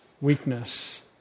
Weakness